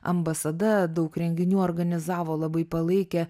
ambasada daug renginių organizavo labai palaikė